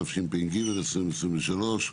התשפ"ג 2023,